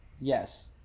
Yes